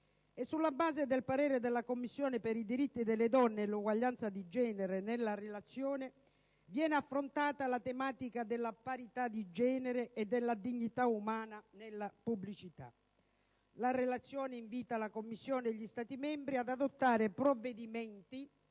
Sulla base del parere della Commissione per i diritti delle donne e l'uguaglianza di genere, nella risoluzione viene affrontata la tematica della parità di genere e della dignità umana nella pubblicità. La Relazione invita la Commissione e gli Stati membri ad adottare provvedimenti